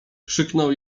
krzyknął